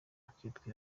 akitwa